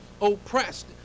oppressed